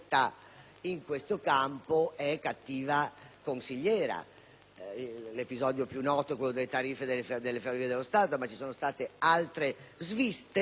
in questo campo è cattiva consigliera. L'episodio più noto che voglio citare è quello delle tariffe delle Ferrovie dello Stato, ma ci sono state anche altre sviste,